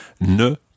ne